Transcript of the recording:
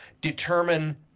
determine